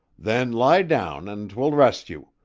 then lie down and twill rest you,